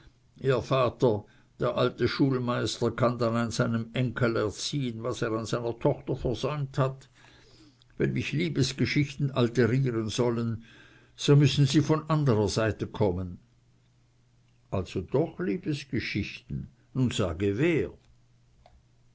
ihr vater der alte schulmeister kann dann an seinem enkel erziehen was er an seiner tochter versäumt hat wenn mich liebesgeschichten alterieren sollen müssen sie von anderer seite kommen also doch liebesgeschichten nun sage wer